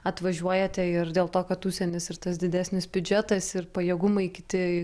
atvažiuojate ir dėl to kad užsienis ir tas didesnis biudžetas ir pajėgumai kiti